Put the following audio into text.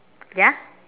ya